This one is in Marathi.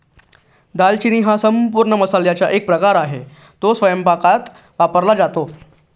दालचिनी हा संपूर्ण मसाल्याचा एक प्रकार आहे, तो स्वयंपाकात वापरला जातो